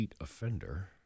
offender